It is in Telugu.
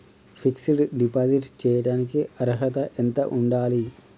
ఫిక్స్ డ్ డిపాజిట్ చేయటానికి అర్హత ఎంత ఉండాలి?